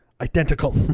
identical